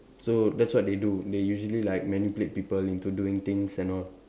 so that's what they do they usually like manipulate people into doing things and all